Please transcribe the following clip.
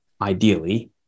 ideally